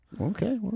Okay